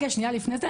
רגע, שנייה, לפני זה.